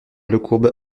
lecourbe